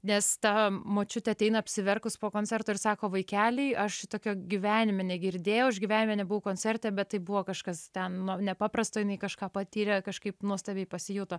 nes ta močiutė ateina apsiverkus po koncerto ir sako vaikeli aš šitokio gyvenime negirdėjau aš gyvenime nebuvau koncerte bet tai buvo kažkas ten nu nepaprasto jinai kažką patyrė kažkaip nuostabiai pasijuto